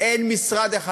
אין משרד אחד,